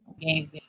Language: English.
games